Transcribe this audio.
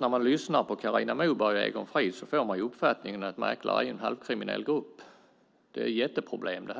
När man lyssnar på Carina Moberg och Egon Frid får man uppfattningen att mäklare är en halvkriminell grupp och att det är ett jätteproblem.